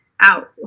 out